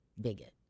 bigot